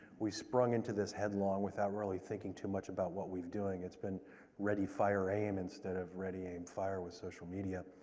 we sprung into this headlong without really thinking too much about what we're doing. it's been ready, fire, aim, instead of ready, aim, fire, with social media.